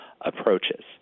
approaches